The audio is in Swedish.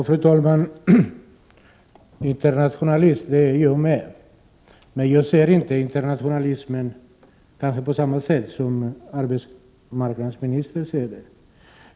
Fru talman! Internationalist är jag också, men jag ser inte på samma sätt på internationalismen som arbetsmarknadsministern.